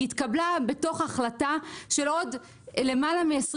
היא התקבלה ביחד עם עוד יותר מ-20